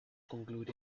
concluir